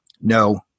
no